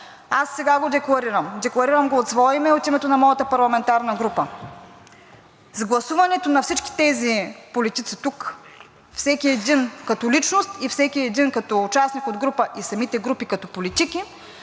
Аз сега го декларирам, декларирам го от свое име и от името на моята парламентарна група, с гласуването на всички тези политици тук – всеки един като личност и всеки един като участник от група и самите групи като политики,